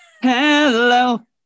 Hello